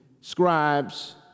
scribes